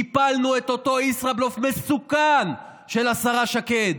הפלנו את אותו ישראבלוף מסוכן של השרה שקד,